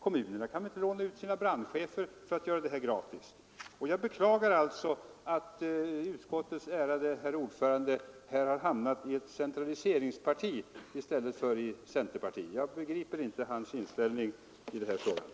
Kommunerna får låna ut sina brandcehefer för att klara den uppgiften. Jag beklagar alltså att utskottets ärade herr ordförande här har hamnat i ett centraliseringsparti i stället för ett centerparti. Jag begriper inte hans inställning i den här frågan.